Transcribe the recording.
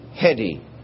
heady